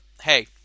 hey